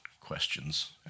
questions